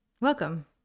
Welcome